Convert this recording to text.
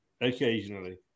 Occasionally